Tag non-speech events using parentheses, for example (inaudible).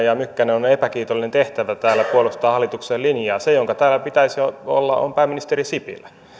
(unintelligible) ja mykkänen on epäkiitollinen tehtävä täällä puolustaa hallituksen linjaa se jonka täällä pitäisi olla on pääministeri sipilä